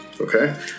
Okay